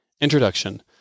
Introduction